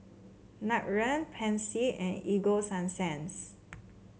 Nutren Pansy and Ego Sunsense